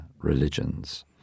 religions